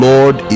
Lord